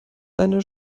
eine